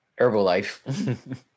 Herbalife